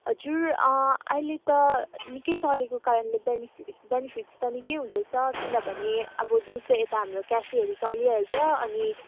हजुर अहिले त निकै चलेको कारणले बेनिफिट बेनिफिट त निकै हुँदैछ किनभने अब दिउँसो यता हाम्रो क्याफेहरू चलिहाल्छ अनि